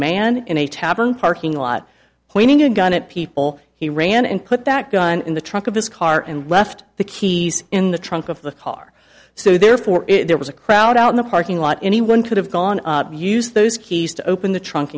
man in a tavern parking lot pointing a gun at people he ran and put that gun in the trunk of his car and left the keys in the trunk of the car so therefore there was a crowd out in the parking lot anyone could have gone use those keys to open the trunk